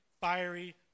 fiery